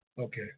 Okay